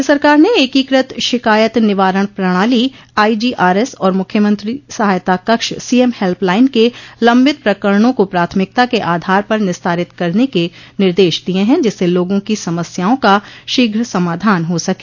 राज्य सरकार ने एकीकृत शिकायत निवारण प्रणाली आईजीआरएस और मुख्यमंत्री सहायता कक्ष सीएम हेल्प लाइन के लम्बित प्रकरणों को प्राथमिकता के आधार पर निस्तारित करने के निर्देश दिये हैं जिससे लोगों की समस्याओं का शीघ्र समाधान हो सके